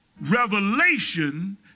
revelation